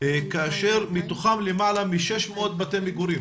כאשר מתוכם למעלה מ-600 בתי מגורים,